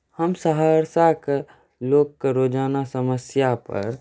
हम सहरसाके लोकके रोजाना समस्यापर